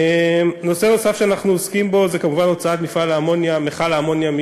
נושא נוסף שאנחנו עוסקים בו הוא כמובן הוצאת מכל האמוניה מחיפה.